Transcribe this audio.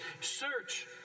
Search